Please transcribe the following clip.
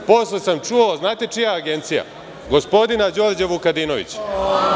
Posle sam čuo, znate čija agencija, gospodine Đorđa Vukadinovića.